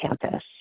campus